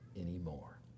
anymore